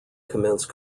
commence